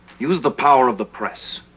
use the power of the press.